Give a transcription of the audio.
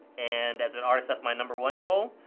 and as an artist, that's my number one goal.